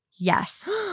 Yes